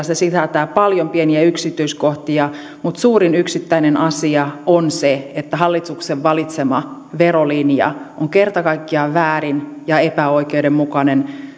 se sisältää paljon pieniä yksityiskohtia tärkein ja suurin yksittäinen asia on se että hallituksen valitsema verolinja on kerta kaikkiaan väärin ja epäoikeudenmukainen